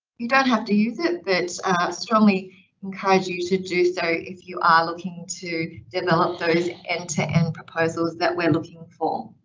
you don't have to use it that strongly encourage you to do so if you are looking to develop those end to end proposals that we're looking for.